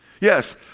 Yes